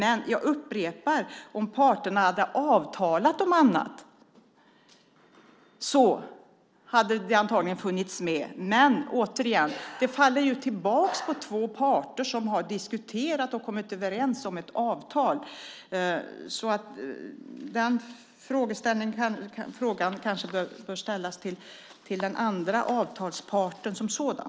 Jag upprepar: Om parterna hade avtalat om annat hade det antagligen funnits med, men det faller ju tillbaka på de två parter som har diskuterat och kommit överens om avtalet. Den frågan bör alltså ställas till den andra avtalsparten.